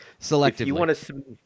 Selectively